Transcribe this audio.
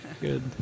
good